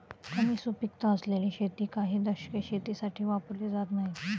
कमी सुपीकता असलेली शेती काही दशके शेतीसाठी वापरली जात नाहीत